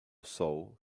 sol